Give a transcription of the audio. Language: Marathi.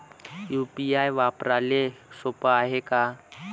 यू.पी.आय वापराले सोप हाय का?